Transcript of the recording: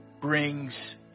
brings